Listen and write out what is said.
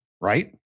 Right